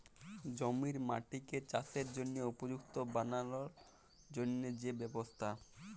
জমির মাটিকে চাসের জনহে উপযুক্ত বানালর জন্হে যে ব্যবস্থা